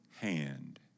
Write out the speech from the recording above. hand